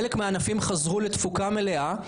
חלק מהענפים חזרו לתפוקה מלאה,